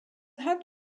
had